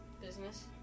Business